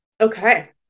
okay